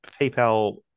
PayPal